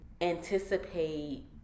anticipate